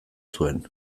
zuen